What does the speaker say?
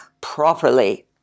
properly